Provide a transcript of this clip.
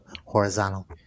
horizontal